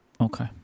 Okay